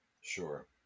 Sure